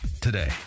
today